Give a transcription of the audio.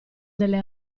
delle